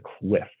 cliff